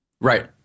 Right